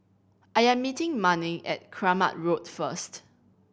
I am meeting Manning at Kramat Road first